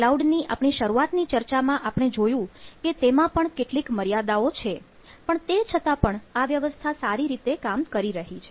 cloud ની આપણી શરૂઆતની ચર્ચામાં આપણે જોયું કે તેમાં પણ કેટલીક મર્યાદાઓ છે પણ તે છતાં પણ આ વ્યવસ્થા સારી રીતે કામ કરી રહી છે